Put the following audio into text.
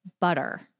Butter